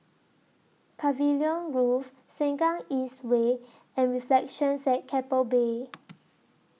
Pavilion Grove Sengkang East Way and Reflections At Keppel Bay